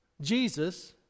Jesus